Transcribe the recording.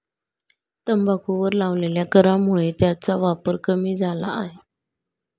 तंबाखूवर लावलेल्या करामुळे त्याचा वापर कमी झाला आहे